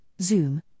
Zoom